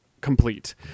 complete